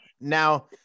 now